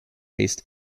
based